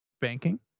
Banking